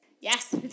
Yes